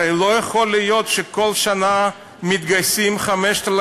הרי לא יכול להיות שכל שנה מתגייסים 5,000